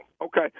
Okay